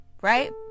right